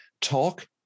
talk